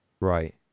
Right